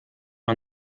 man